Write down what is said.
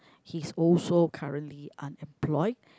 he's also currently unemployed